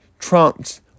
trumps